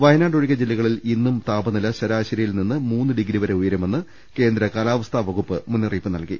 വയനാട് ഒഴികെ ജില്ലകളിൽ ഇന്നും താപനില ശരാശരിയിൽ നിന്ന് മൂന്ന് ഡിഗ്രി വരെ ഉയരുമെന്ന് കേന്ദ്ര കാലാവസ്ഥാ വകുപ്പ് മുന്നറി യിപ്പ് നൽകി